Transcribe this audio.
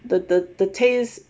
the the the taste